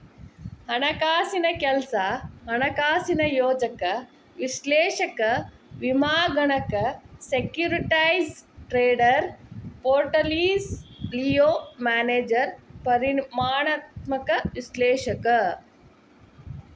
ಹಣಕಾಸಿನ್ ಕೆಲ್ಸ ಹಣಕಾಸಿನ ಯೋಜಕ ವಿಶ್ಲೇಷಕ ವಿಮಾಗಣಕ ಸೆಕ್ಯೂರಿಟೇಸ್ ಟ್ರೇಡರ್ ಪೋರ್ಟ್ಪೋಲಿಯೋ ಮ್ಯಾನೇಜರ್ ಪರಿಮಾಣಾತ್ಮಕ ವಿಶ್ಲೇಷಕ